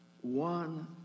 one